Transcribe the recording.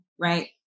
right